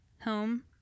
home